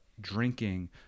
drinking